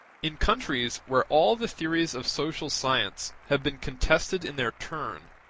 in countries where all the theories of social science have been contested in their turn,